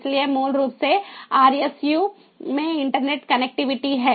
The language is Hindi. इसलिए मूल रूप से आरएसयू में इंटरनेट कनेक्टिविटी है